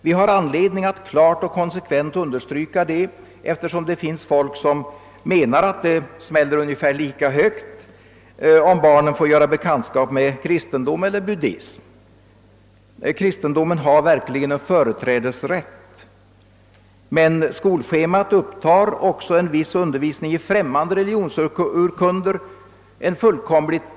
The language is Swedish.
Vi har anledning att klart och konsekvent poängtera detta, eftersom det finns folk som menar att det smäller ungefär lika högt om barnen får göra bekantskap med kristendomen eller med exempelvis buddismen. Kristendomen har verkligen en förträdesrätt. Men skolschemat upptar en viss undervisning också i främmande religionsurkunder, vilket är helt i sin ordning.